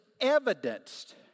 evidenced